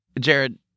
Jared